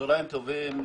צהרים טובים.